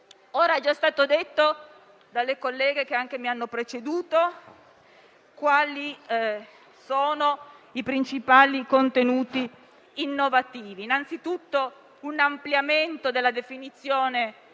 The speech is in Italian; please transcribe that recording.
È già stato detto dalle colleghe che mi hanno preceduto quali sono i principali contenuti innovativi. Innanzitutto, un ampliamento della definizione